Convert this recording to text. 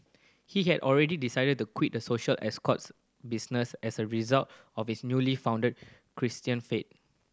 he had already decided to quit the social escorts business as a result of his newly found Christian faith